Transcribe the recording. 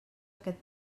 aquest